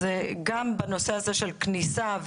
גם בנושא הזה של כניסה,